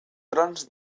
trons